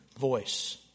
voice